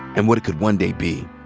and what it could one day be.